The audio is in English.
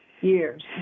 years